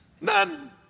None